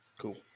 cool